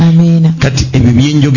Amen